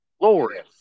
Lord